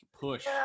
push